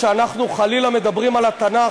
כשאנחנו חלילה מדברים על התנ"ך,